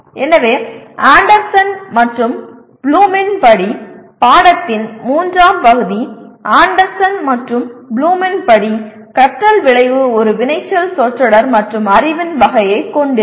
எனவே ஆண்டர்சன் மற்றும் ப்ளூமின் படி பாடத்தின் மூன்றாம் பகுதி ஆண்டர்சன் மற்றும் ப்ளூமின் படி கற்றல் விளைவு ஒரு வினைச்சொல் சொற்றொடர் மற்றும் அறிவின் வகையைக் கொண்டிருக்கும்